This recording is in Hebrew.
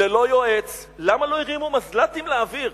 ללא יועץ, למה לא הרימו מזל"טים לאוויר?